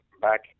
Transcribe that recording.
back